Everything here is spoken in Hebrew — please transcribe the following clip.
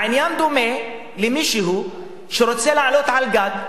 העניין דומה למישהו שרוצה לעלות על גג,